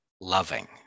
loving